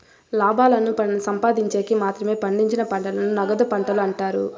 లాభాలను సంపాదిన్చేకి మాత్రమే పండించిన పంటలను నగదు పంటలు అంటారు